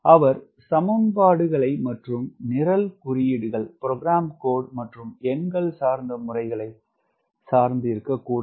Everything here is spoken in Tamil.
அவர் சமன்பாடுகளை மற்றும் நிரல் குறியீடுகள் மற்றும் எண்கள் சார்ந்த முறைகளை சார்ந்து இருக்க கூடாது